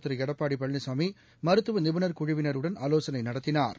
திருளடப்பாடிபழனிசாமிமருத்துவநிபுணா்குழுவினருடன் ஆலோசனைநடத்தினாா்